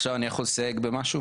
עכשיו אני יכול לסייג במשהו?